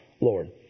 Lord